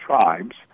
tribes